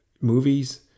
movies